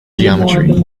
geometry